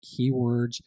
Keywords